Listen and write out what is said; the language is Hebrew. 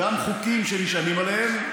וגם חוקים שנשענים עליהם,